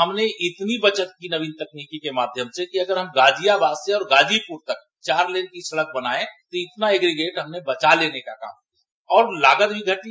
हमने इतनी बचत की नवीन तकनीकी के माध्यम से अगर हम गाजियाबाद से और गाजीपुर तक चार लेन की सड़क बनाये तो इतना इग्रीगेट बचा लेने का काम किया और लागत भी घटी